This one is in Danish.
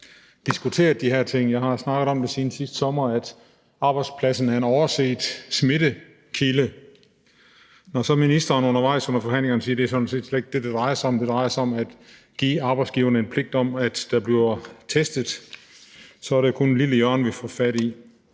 diskuteret de her ting. Jeg har snakket om det siden sidste sommer, nemlig at arbejdspladsen er en overset smittekilde. Når så ministeren undervejs i forhandlingerne siger, at det sådan set slet ikke er det, det drejer sig om, men det drejer sig om at give arbejdsgiveren en pligt til at sørge for, at der bliver testet, så er det kun et lille hjørne, vi får fat i.